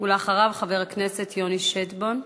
אחריו, חבר הכנסת יוני שטבון.